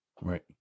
Right